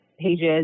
pages